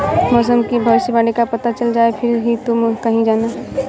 मौसम की भविष्यवाणी का पता चल जाए फिर ही तुम कहीं जाना